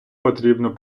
потрібно